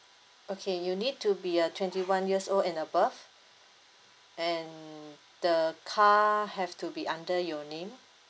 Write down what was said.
okay you need to be a twenty one years old and above and the car have to be under your name